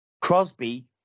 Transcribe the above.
Crosby